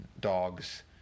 dogs